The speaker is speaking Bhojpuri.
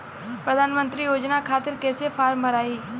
प्रधानमंत्री योजना खातिर कैसे फार्म भराई?